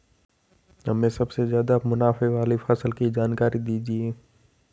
हमें सबसे ज़्यादा मुनाफे वाली फसल की जानकारी दीजिए